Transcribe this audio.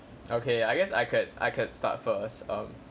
okay I guess I could I could start first um